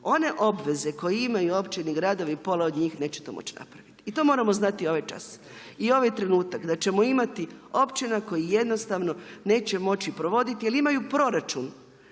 One obveze koje imaju općine i gradovi pola od njih neće to moći napraviti i to moramo znati ovaj čas. I ovaj trenutak da ćemo imati općina koje jednostavno neće moći provoditi, jer imaju proračun